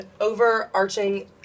overarching